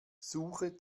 suche